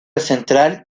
central